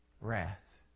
wrath